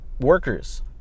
workers